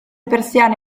persiane